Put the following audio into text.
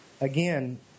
Again